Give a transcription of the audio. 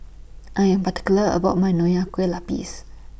I Am particular about My Nonya Kueh Lapis